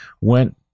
went